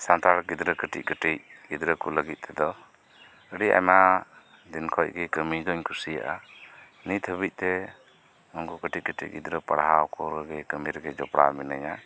ᱥᱟᱱᱛᱟᱲ ᱜᱤᱫᱽᱨᱟᱹ ᱠᱟᱹᱴᱤᱡ ᱠᱟᱹᱴᱤᱡ ᱜᱤᱫᱽᱨᱟᱹ ᱠᱚ ᱞᱟᱹᱜᱤᱫ ᱛᱮᱫᱚ ᱟᱹᱰᱤ ᱟᱭᱢᱟ ᱫᱤᱱ ᱠᱷᱚᱱ ᱜᱮ ᱠᱟᱹᱢᱤ ᱫᱩᱧ ᱠᱩᱥᱤᱭᱟᱜᱼᱟ ᱱᱤᱛ ᱦᱟᱹᱵᱤᱡ ᱛᱮ ᱩᱱᱠᱩᱱ ᱠᱟᱹᱴᱤᱡ ᱠᱟᱹᱴᱤᱡ ᱜᱤᱫᱽᱨᱟᱹ ᱯᱟᱲᱦᱟᱣ ᱠᱚ ᱠᱟᱹᱢᱤ ᱨᱮᱜᱮ ᱡᱚᱯᱚᱲᱟᱣ ᱢᱤᱱᱟᱹᱧᱟ